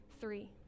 three